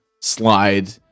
slide